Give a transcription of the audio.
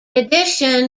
addition